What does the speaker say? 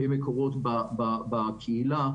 למקורות בקהילה.